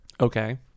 Okay